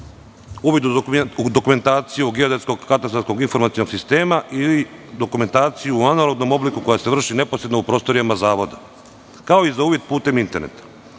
geodetskog katastarskog informacionog sistema ili dokumentaciju u analognom obliku koja se vrši neposredno u prostorijama zavoda, kao i za uvid putem interneta.Za